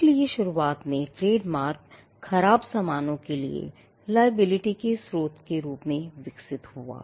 इसलिए शुरू में ट्रेडमार्क खराब सामानों के लिए liability के स्रोत के रूप में विकसित हुआ